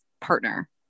partner